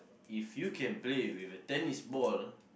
if you can play with a tennis ball